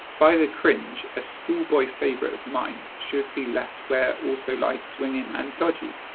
by the cringe, a schoolboy favourite of mine, should be left where also lie swinging and dodgy,